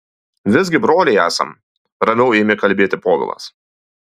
visgi broliai esam ramiau ėmė kalbėti povilas